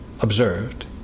observed